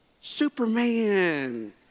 Superman